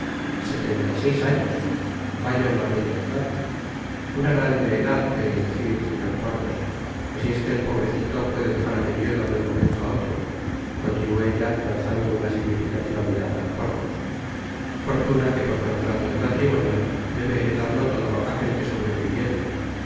setenta y seis años vaya una bella edad una grande edad quereis decir señor porthos asi es que el pobrecito puede dejarme viuda de un momento á otro continuó ella lanzando una significativa mirada á porthos fortuna que por contrato de matrimonio debe heredarlo todo aquel que sobreviviere todo